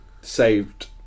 saved